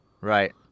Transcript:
Right